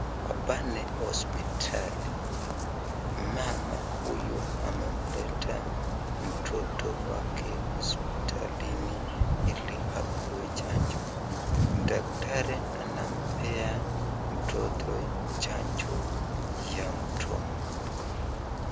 Hapa ni hosipitali mama huyu ameweza kuleta mtoto wake hosipitalini ili apewe chanjo. Daktari anampea mtoto chanjo ya mdomo.